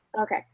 Okay